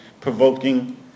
provoking